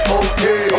okay